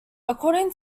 according